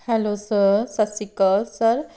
hello sir ਸਤਿ ਸ਼੍ਰੀ ਕਾਲ ਸਰ